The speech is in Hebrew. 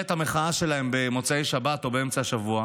את המחאה שלהם במוצאי שבת או באמצע השבוע